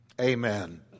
amen